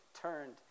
turned